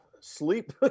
sleep